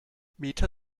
meta